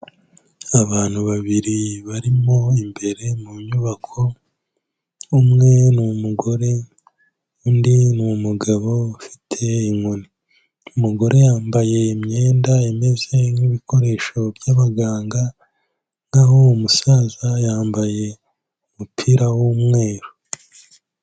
Abantu babiri barimo imbere mu nyubako, umwe ni umugore, undi ni umugabo ufite inkoni. Umugore yambaye imyenda imeze nk'ibikoresho by'abaganga, naho umusaza yambaye umupira w'umweru.